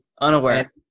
Unaware